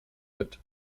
wird